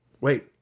wait